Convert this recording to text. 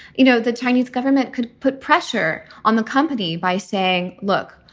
you know, the chinese government could put pressure on the company by saying, look,